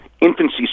infancy